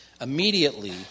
Immediately